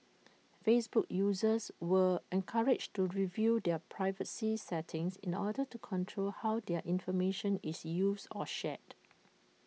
Facebook users were encouraged to review their privacy settings in order to control how their information is used or shared